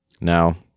Now